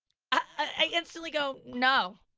i instantly go, no.